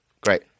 great